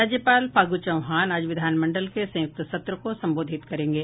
राज्यपाल फागू चौहान आज विधान मंडल के संयुक्त सत्र को संबोधित करेंगे